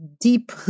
deep